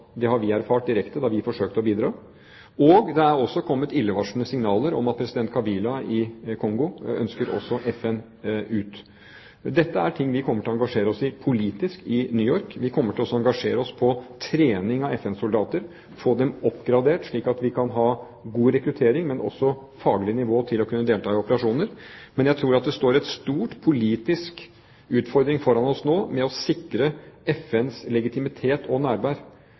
det har vi erfart direkte da vi forsøkte å bidra. Det er også kommet illevarslende signaler om at president Kabila i Kongo ønsker FN ut. Dette er ting vi kommer til å engasjere oss i politisk i New York. Vi kommer til å engasjere oss i trening av FN-soldater, få dem oppgradert, slik at vi kan ha god rekruttering, men også et faglig nivå for å kunne delta i operasjoner. Jeg tror at det nå står en stor, politisk utfordring foran oss for å sikre FNs legitimitet og nærvær,